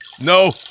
No